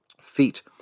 feet